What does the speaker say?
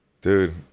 Dude